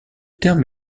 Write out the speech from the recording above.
terme